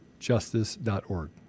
Justice.org